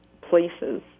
places